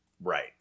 Right